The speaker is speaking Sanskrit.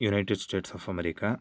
United States of America